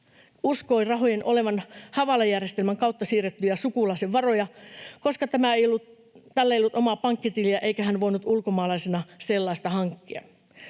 uskoi rahojen olevan hawala-järjestelmän kautta siirrettyjä sukulaisen varoja, koska tällä ei ollut omaa pankkitiliä eikä hän voinut ulkomaalaisena sellaista hankkia.